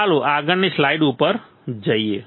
ચાલો આગળની સ્લાઈડ ઉપર જઈએ